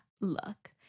look